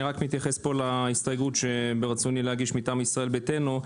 אני רק מתייחס פה להסתייגות שברצוני להגיש מטעם סיעת ישראל ביתנו,